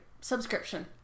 subscription